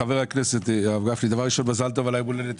חבר הכנסת גפני, ראשית מזל טוב על היום הולדת.